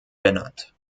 benannt